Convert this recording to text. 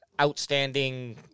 outstanding